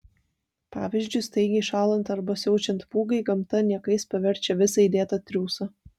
pavyzdžiui staigiai šąlant arba siaučiant pūgai gamta niekais paverčia visą įdėtą triūsą